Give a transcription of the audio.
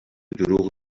دروغ